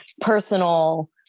personal